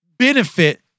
Benefit